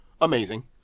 amazing